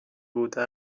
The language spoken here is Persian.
بوده